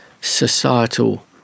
societal